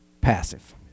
passive